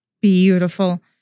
Beautiful